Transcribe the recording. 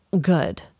good